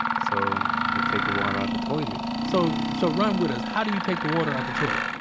so we take the water out the toilet so so run with us. how do you take the water out the toilet?